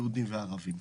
יהודים וערבים.